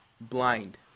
Blind